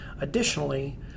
Additionally